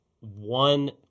one